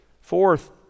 Fourth